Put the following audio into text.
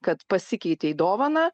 kad pasikeitei dovaną